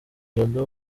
jado